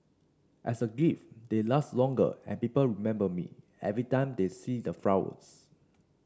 as a gift they last longer and people remember me every time they see the flowers